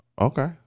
Okay